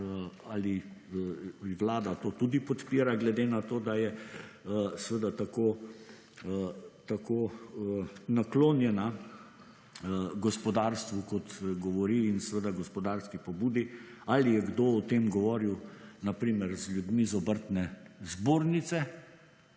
ali vlada to tudi podpira glede na to, da je seveda tako naklonjena gospodarstvu, kot govori, in seveda gospodarski pobudi. Ali je kdo o tem govoril na primer z ljudmi iz Obrtne zbornice?